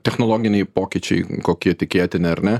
technologiniai pokyčiai kokie tikėtini ar ne